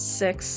six